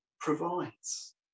provides